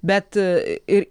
bet ir